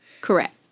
Correct